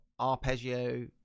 arpeggio